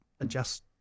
adjust